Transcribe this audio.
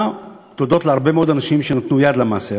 הודות להרבה מאוד אנשים שנתנו יד למעשה.